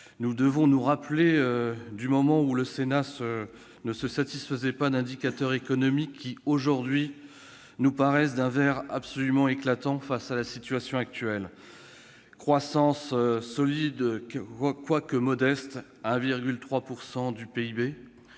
Nous devons nous rappeler le moment où le Sénat ne se satisfaisait pas d'indicateurs économiques, qui, aujourd'hui, nous paraissent d'un vert absolument éclatant : croissance solide, quoique modeste, à 1,3 % du PIB